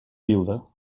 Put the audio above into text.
viuda